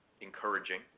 encouraging